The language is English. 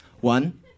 One